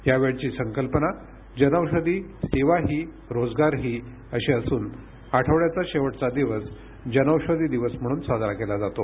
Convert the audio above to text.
यावेळची संकल्पना जनौषधी सेवाही रोजगारही अशी असून आठवड्याचा शेवटचा दिवस जनौषधी दिवस म्हणून साजरा केला जातो